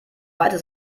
weitere